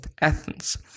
Athens